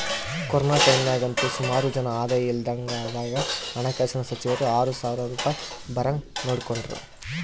corona ಟೈಮ್ನಾಗಂತೂ ಸುಮಾರು ಜನ ಆದಾಯ ಇಲ್ದಂಗಾದಾಗ ಹಣಕಾಸಿನ ಸಚಿವರು ಆರು ಸಾವ್ರ ರೂಪಾಯ್ ಬರಂಗ್ ನೋಡಿಕೆಂಡ್ರು